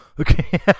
Okay